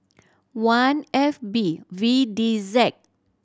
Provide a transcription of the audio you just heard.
one F B V D Z